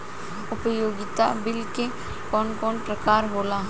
उपयोगिता बिल के कवन कवन प्रकार होला?